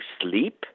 sleep